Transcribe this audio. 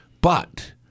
but-